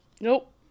Nope